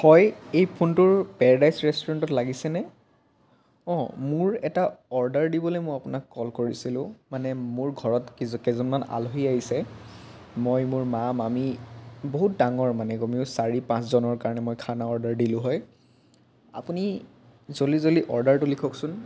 হয় এই ফোনটো পেৰাডাইজ ৰেষ্টোৰেণ্টত লাগিছেনে অ মোৰ এটা অৰ্ডাৰ দিবলৈ মই আপোনাক কল কৰিছিলোঁ মানে মোৰ ঘৰত কেইজনমান আলহী আহিছে মই মোৰ মা মামী বহুত ডাঙৰ মানে কমেও চাৰি পাঁচজনৰ কাৰণে মই খানা অৰ্ডাৰ দিলোঁ হয় আপুনি জল্দি জল্দি অৰ্ডাৰটো লিখকচোন